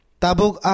tabuk